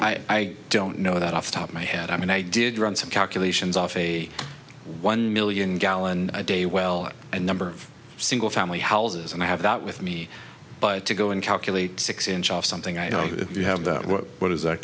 i don't know that off the top my head i mean i did run some calculations off a one million gallon a day well a number of single family houses and i have that with me but to go and calculate six inch off something i know that you have the what is our